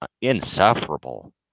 insufferable